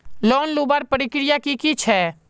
Loan लुबार प्रक्रिया की की छे?